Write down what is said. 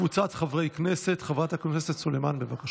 אושרה והיא תועבר להמשיך דיון ועבודה בוועדת העבודה והרווחה.